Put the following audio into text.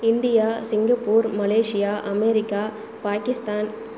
India Singapore Malaysia America Pakistan